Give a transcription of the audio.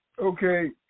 okay